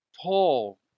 Paul